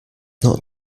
not